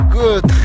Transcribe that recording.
good